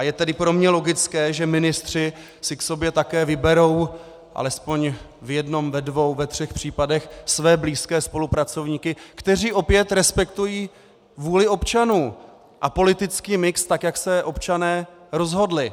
Je tedy pro mě logické, že ministři si k sobě také vyberou aspoň v jednom, ve dvou, ve třech případech své blízké spolupracovníky, kteří opět respektují vůli občanů a politický mix tak, jak se občané rozhodli.